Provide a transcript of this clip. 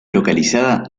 localizada